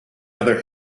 other